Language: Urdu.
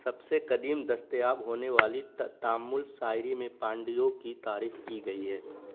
سب سے قدیم دستیاب ہونے والی تامل شاعری میں پانڈیوں کی تعریف کی گئی ہے